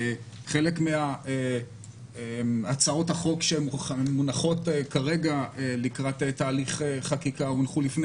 חלק מהצעות החוק שמונחות כרגע לקראת תהליך חקיקה הונחו לפני